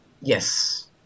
Yes